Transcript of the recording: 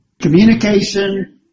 Communication